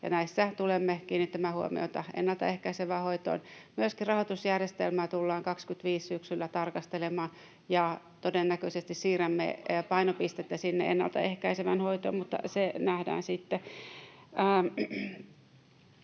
näissä tulemme kiinnittämään huomiota ennaltaehkäisevään hoitoon. Myöskin rahoitusjärjestelmää tullaan syksyllä 25 tarkastelemaan, ja todennäköisesti siirrämme painopistettä [Annika Saarikko: Oppositio mukaan siihen!] sinne